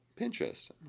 Pinterest